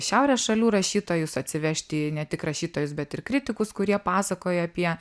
šiaurės šalių rašytojus atsivežti ne tik rašytojus bet ir kritikus kurie pasakoja apie